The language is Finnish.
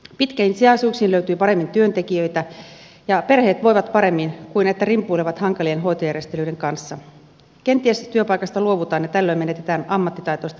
pitkiin sijaisuuksiin löytyy paremmin työntekijöitä ja perheet voivat paremmin kuin tilanteessa että rimpuilevat hankalien hoitojärjestelyiden kanssa jolloin kenties työpaikasta luovutaan ja tällöin menetetään ammattitaitoista henkilöstöä toisille aloille